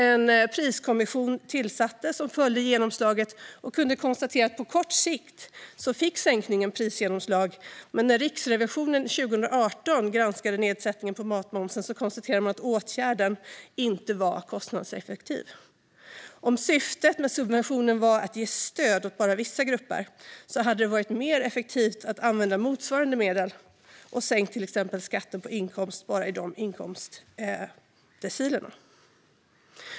En priskommission tillsattes som följde genomslaget och kunde konstatera att på kort sikt fick sänkningen prisgenomslag. Men när Riksrevisionen 2018 granskade nedsättningen på matmomsen konstaterade man att åtgärden inte var kostnadseffektiv. Om syftet med subventionen var att ge stöd åt bara vissa grupper hade det varit mer effektivt att använda motsvarande medel och sänka till exempel skatten på inkomst bara i de inkomstdecilerna.